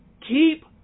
Keep